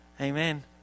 amen